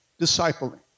discipling